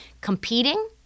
competing